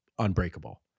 unbreakable